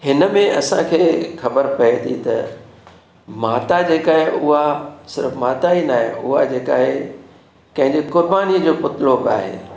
हिन में असांखे ख़बर पए थी त माता जेका आहे उहा सिर्फ़ु माता ई न आहे उहा जेका आहे कंहिंजी कुर्बानीअ जो पुतलो बि आहे